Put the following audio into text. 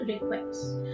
requests